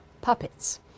puppets